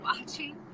watching